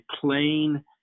plain